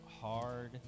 hard